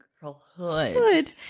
girlhood